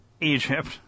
Egypt